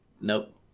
Nope